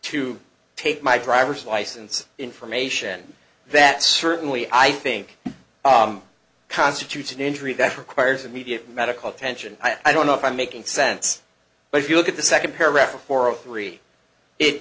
to take my driver's license information that certainly i think constitutes an injury that requires immediate medical attention i don't know if i'm making sense but if you look at the second